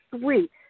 sweet